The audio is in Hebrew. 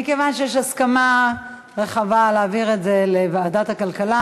מכיוון שיש הסכמה רחבה להעביר את זה לוועדת הכלכלה,